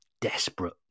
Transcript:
Desperate